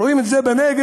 רואים את זה בנגב,